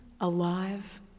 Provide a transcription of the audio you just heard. alive